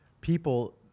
people